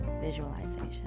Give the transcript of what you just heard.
visualization